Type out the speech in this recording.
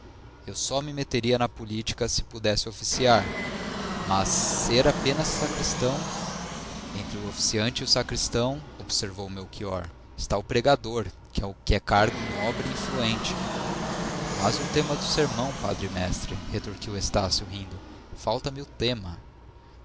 eu só me meteria na política se pudesse oficiar mas ser apenas sacristão entre o oficiante e o sacristão observou melchior está o pregador que é cargo nobre e influente mas o tema do sermão padre mestre retorquiu estácio rindo falta-me o tema